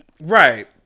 Right